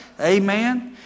Amen